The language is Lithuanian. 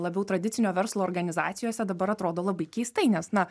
labiau tradicinio verslo organizacijose dabar atrodo labai keistai nes na